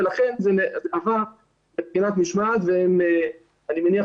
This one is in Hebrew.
ולכן זה עבר לבחינת משמעת ואני מניח